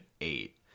eight